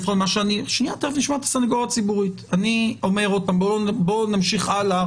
אני אומר עוד פעם, בואו נמשיך הלאה.